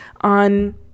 on